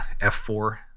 F4